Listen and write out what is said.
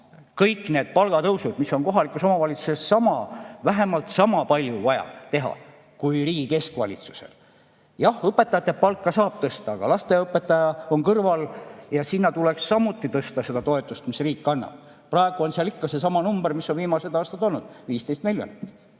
kõik need palgatõusud, mida on kohalikul omavalitsusel vähemalt sama palju vaja teha kui riigi keskvalitsusel. Jah, õpetajate palka saab tõsta, aga lasteaiaõpetaja on kõrval ja sinna tuleks samuti [suunata] rohkem seda toetust, mida riik annab. Praegu on seal ikka seesama number, mis on viimased aastad olnud: 15 miljonit